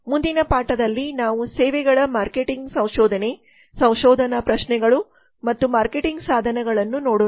ಆದ್ದರಿಂದ ಮುಂದಿನ ಪಾಠದಲ್ಲಿ ನಾವು ಸೇವೆಗಳ ಮಾರ್ಕೆಟಿಂಗ್ ಸಂಶೋಧನೆ ಸಂಶೋಧನಾ ಪ್ರಶ್ನೆಗಳು ಮತ್ತು ಮಾರ್ಕೆಟಿಂಗ್ ಸಾಧನಗಳನ್ನು ನೋಡೋಣ